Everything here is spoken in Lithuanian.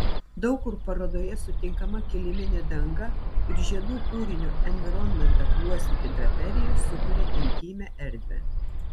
daug kur parodoje sutinkama kiliminė danga ir žiedų kūrinio environmentą juosianti draperija sukuria intymią erdvę